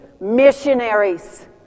missionaries